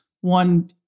One